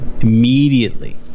Immediately